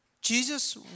Jesus